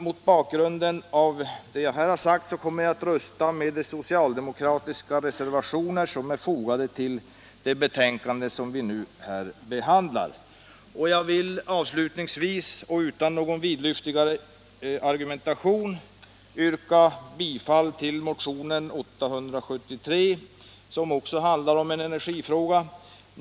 Mot bakgrund av det jag här har sagt kommer jag att rösta med de socialdemokratiska reservationer som är fogade till de betänkanden vi nu behandlar. Avslutningsvis och utan någon vidlyftigare argumentation vill jag dessutom yrka bifall till motionen 873, som också handlar om en energifråga.